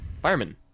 Fireman